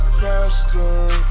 faster